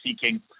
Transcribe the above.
seeking